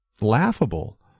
laughable